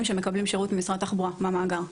שמקבלים שירות ממשרד התחבורה מהמאגר.